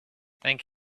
thank